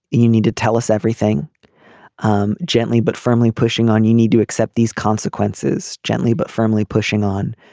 you need to tell us everything um gently but firmly pushing on you need to accept these consequences gently but firmly pushing on.